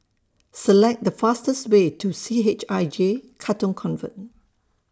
Select The fastest Way to C H I J Katong Convent